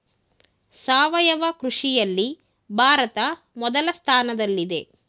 ಸಾವಯವ ಕೃಷಿಯಲ್ಲಿ ಭಾರತ ಮೊದಲ ಸ್ಥಾನದಲ್ಲಿದೆ